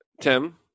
Tim